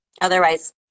Otherwise